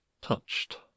Touched